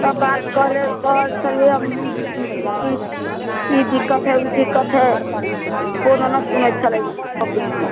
सब बात कहल छली हम ई ई दिक्कत है ओ दिक्कत है कोइ न न सुनै छलै ऑफिसमे